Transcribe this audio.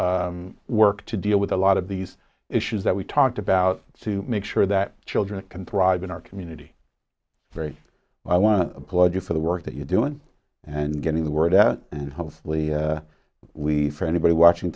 work to deal with a lot of these issues that we talked about to make sure that children can thrive in our community very i want to applaud you for the work that you're doing and getting the word out and hopefully we for anybody watching